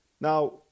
now